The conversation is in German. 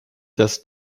dass